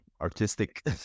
artistic